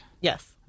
Yes